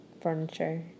furniture